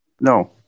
No